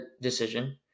decision